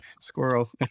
Squirrel